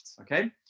Okay